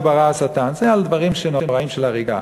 ברא השטן"; זה על דברים נוראים של הריגה.